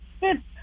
Good